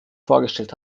vorgestellt